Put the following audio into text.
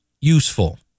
useful